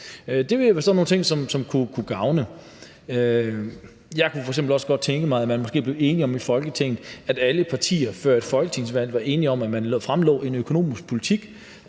jo være sådan nogle ting, som kunne gavne. Jeg kunne f.eks. også godt tænke mig, at man i Folketinget måske blev enige om, at alle partier før et folketingsvalg var enige om, at man fremlagde en økonomisk politik